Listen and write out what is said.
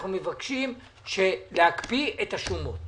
אנחנו מבקשים להקפיא את השומות.